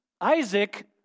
Isaac